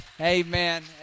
Amen